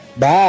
Bye